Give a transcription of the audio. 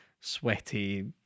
sweaty